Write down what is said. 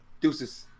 Deuces